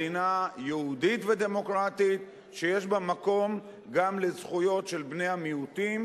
מדינה יהודית ודמוקרטית שיש בה מקום גם לזכויות של בני המיעוטים,